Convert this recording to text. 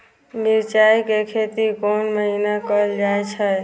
मिरचाय के खेती कोन महीना कायल जाय छै?